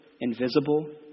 invisible